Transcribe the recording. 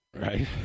Right